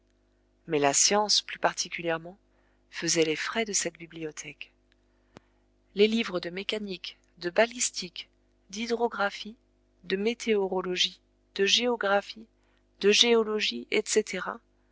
mais la science plus particulièrement faisait les frais de cette bibliothèque les livres de mécanique de balistique d'hydrographie de